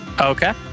Okay